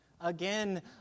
again